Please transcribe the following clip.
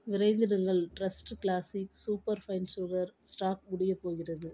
விரைந்திடுங்கள் trust classic super fine sugar stock முடியப் போகிறது